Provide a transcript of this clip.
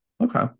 Okay